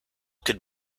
could